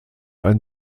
ein